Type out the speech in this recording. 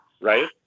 right